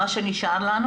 מה שנשאר לנו